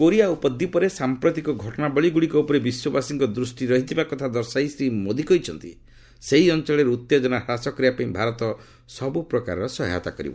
Korea ଉପଦୀପରେ ସାମ୍ପ୍ରତିକ ସ୍ଥଟଣାବଳୀଗୁଡିକ ଉପରେ ବିଶ୍ୱବାସୀଙ୍କ ଦୃଷ୍ଟି ରହିଥିବା କଥା ଦର୍ଶାଇ ଶ୍ରୀମୋଦି କହିଛନ୍ତି ସେହି ଅଞ୍ଚଳରେ ଉତ୍ତେକନା ହ୍ରାସ କରିବା ପାଇଁ ଭାରତ ସବୁପ୍ରକାର ସହାୟତା କରିବ